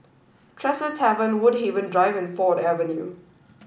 Tresor Tavern Woodhaven Drive and Ford Avenue